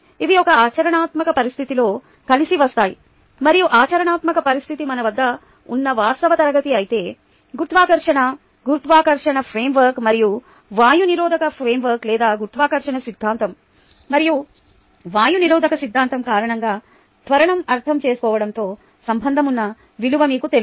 అవి ఒక ఆచరణాత్మక పరిస్థితిలో కలిసి వస్తాయి మరియు ఆచరణాత్మక పరిస్థితి మన వద్ద ఉన్న వాస్తవ తరగతి అయితే గురుత్వాకర్షణ గురుత్వాకర్షణ ఫ్రేమ్వర్క్ మరియు వాయు నిరోధక ఫ్రేమ్వర్క్ లేదా గురుత్వాకర్షణ సిద్ధాంతం మరియు వాయు నిరోధక సిద్ధాంతం కారణంగా త్వరణం అర్థం చేసుకోవడంతో సంబంధం ఉన్న విలువ మీకు తెలుసు